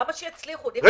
למה שיצליחו, דיכטר?